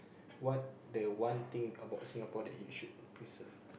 what the one thing about Singapore that you should preserve